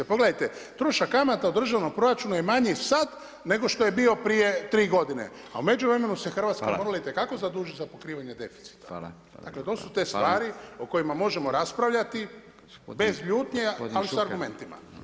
Pogledajte, trošak kamata od državnog proračuna je manji sad nego što je bio prije tri godine, a u međuvremenu se Hrvatska morala itekako zadužiti za pokrivanje deficita, dakle to su te stvari o kojima možemo raspravljati bez ljutnje ali s argumentima.